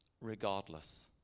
Regardless